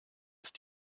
ist